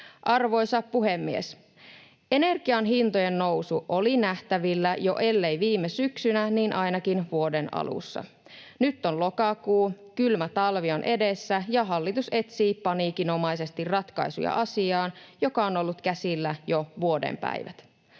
Arvoisa puhemies! Energian hintojen nousu oli nähtävillä jo ainakin vuoden alussa, ellei viime syksynä. Nyt on lokakuu, kylmä talvi on edessä, ja hallitus etsii paniikinomaisesti ratkaisuja asiaan, joka on ollut käsillä jo vuoden päivät.